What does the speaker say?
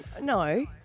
No